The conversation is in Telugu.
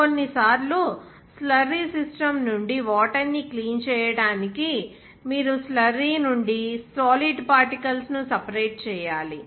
కొన్నిసార్లు స్లర్రి సిస్టం నుండి వాటర్ ని క్లీన్ చేయడానికి మీరు స్లర్రి నుండి సాలిడ్ పార్టికల్స్ ను సెపెరేట్ చేయాలి